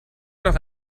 nach